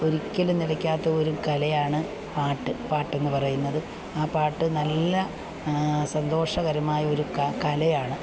ഒരിക്കലും നിലയ്ക്കാത്ത ഒരു കലയാണ് പാട്ട് പാട്ടെന്ന് പറയുന്നത് ആ പാട്ട് നല്ല സന്തോഷകരമായ ഒരു കലയാണ്